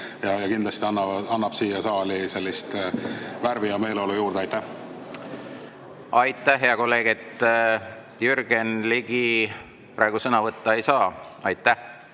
kindlasti annab siia saali sellist värvi ja meeleolu juurde. Aitäh, hea kolleeg! Jürgen Ligi, praegu sõna võtta ei saa. Aga